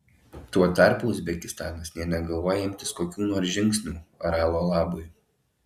tuo tarpu uzbekistanas nė negalvoja imtis kokių nors žingsnių aralo labui